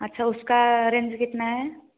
अच्छा उसका रेंज कितना है